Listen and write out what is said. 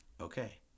Okay